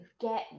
get